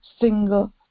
single